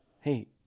hey